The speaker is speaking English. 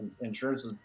insurance